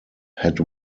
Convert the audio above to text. had